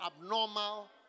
abnormal